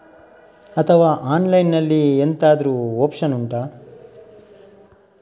ಅಥವಾ ಆನ್ಲೈನ್ ಅಲ್ಲಿ ಎಂತಾದ್ರೂ ಒಪ್ಶನ್ ಉಂಟಾ